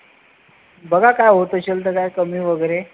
बघा काय होतं असेल तर काही कमी वगैरे